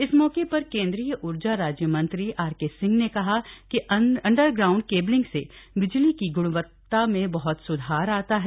इस मौके पर केंद्रीय ऊर्जा राज्यमंत्री आरके सिंह ने कहा कि अंडरग्राउण्ड केबलिंग से बिजली की गृणवत्ता में बहत सुधार आता है